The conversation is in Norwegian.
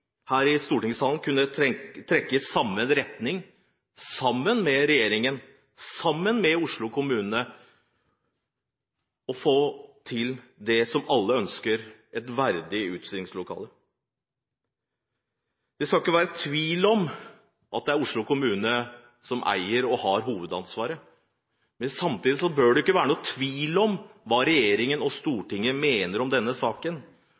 her i stortingssalen kunne trekke i samme retning, sammen med regjeringen og sammen med Oslo kommune, for å få til det som alle ønsker: et verdig utstillingslokale. Det skal ikke være tvil om at det er Oslo kommune som eier og har hovedansvaret. Men samtidig bør det ikke være noen tvil om hva regjeringen og Stortinget mener om denne saken,